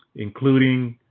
including